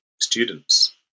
students